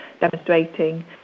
demonstrating